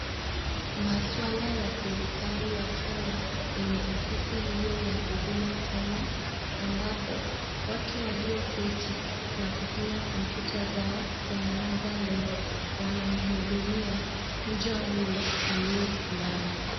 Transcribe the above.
Maswala ya serikali ya Kenya kwenye ofisi hiyo ya huduma Kenya ambapo watu walioketi na kufinya kompyuta zao kwenye meza hiyo wanamuhudumia mja huyo aliyesimama.